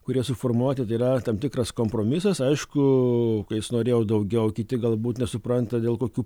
kurie suformuoti tai yra tikras kompromisas aišku kai jis norėjo daugiau kiti galbūt nesupranta dėl kokių